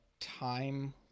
time